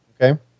Okay